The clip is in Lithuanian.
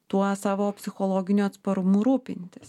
tuo savo psichologiniu atsparumu rūpintis